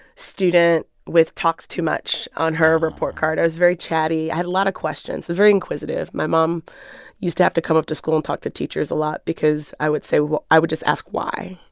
student with talks too much on her report card. i was very chatty. i had a lot of questions, very inquisitive. my mom used to have to come up to school and talk to teachers a lot because i would say i would just ask why.